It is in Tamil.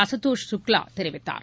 அசுதோஸ் சுக்லா தெரிவித்தார்